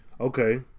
Okay